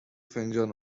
فنجان